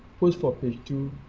post for page two,